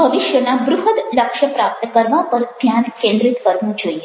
ભવિષ્યના બૃહદ લક્ષ્ય પ્રાપ્ત કરવા પર ધ્યાન કેન્દ્રિત કરવું જોઇએ